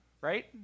right